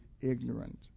ignorant